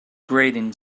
grating